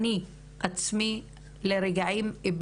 אני,